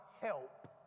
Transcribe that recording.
help